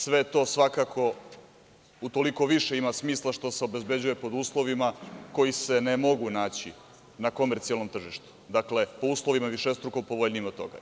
Sve to svakako utoliko više ima smisla zato što se obezbeđuje pod uslovima koji se ne mogu naći na komercijalnom tržištu, dakle po uslovima višestruko povoljnijim od toga.